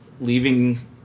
leaving